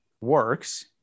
works